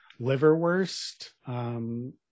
liverwurst